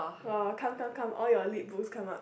orh come come come all your lit books come up